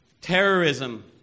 terrorism